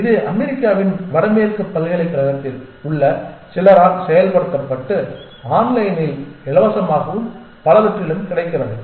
இது அமெரிக்காவின் வடமேற்கு பல்கலைக் கழகத்தில் உள்ள சிலரால் செயல்படுத்தப்பட்டு ஆன்லைனில் இலவசமாகவும் பலவற்றிலும் கிடைக்கிறது